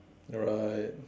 right